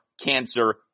Cancer